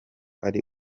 ari